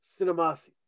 Cinemasi